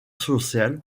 social